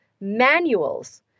manuals